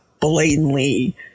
blatantly